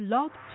Love